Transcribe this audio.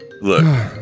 Look